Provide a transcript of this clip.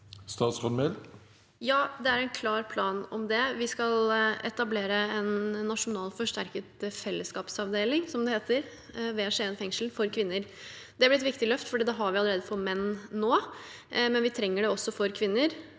Ja, det er en klar plan om det. Vi skal etablere en nasjonal forsterket fellesskapsavdeling, som det heter, for kvinner ved Skien fengsel. Det blir et viktig løft, for dette har vi allerede for menn, men vi trenger det også for kvinner.